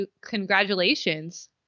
congratulations